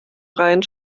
rhein